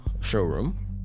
showroom